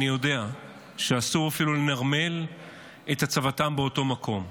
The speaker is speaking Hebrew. אני יודע שאסור אפילו לנרמל את הצבתם באותו מקום.